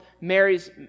Mary's